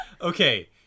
Okay